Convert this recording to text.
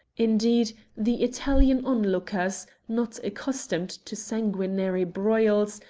indeed, the italian onlookers, not accustomed to sanguinary broils,